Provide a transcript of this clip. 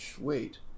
Wait